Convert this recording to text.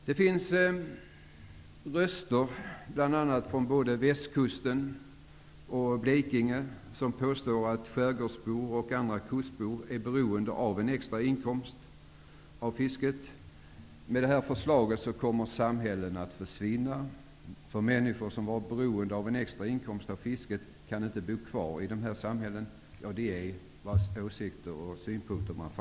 Det finns de, från både Västkusten och Blekinge, som påstår att skärgårdsbor och andra kustbor är beroende av en extra inkomst av fisket och att samhällen kommer att försvinna med detta förslag -- människor som har varit beroende av en extra inkomst av fisket kan inte bo kvar i de här samhällena.